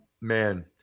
man